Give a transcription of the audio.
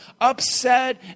upset